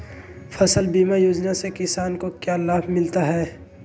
फसल बीमा योजना से किसान को क्या लाभ मिलता है?